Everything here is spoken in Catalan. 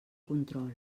control